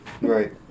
Right